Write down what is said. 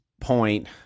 point